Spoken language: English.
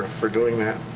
for doing that.